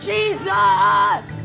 Jesus